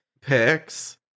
picks